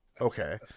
Okay